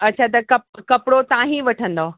अच्छा त कप कपिड़ो तव्हां ई वठंदौ